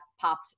popped